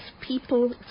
people